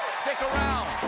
stick around!